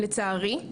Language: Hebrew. לצערי,